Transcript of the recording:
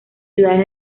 ciudades